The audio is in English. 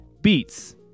Beats